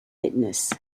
fitness